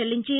చెల్లించి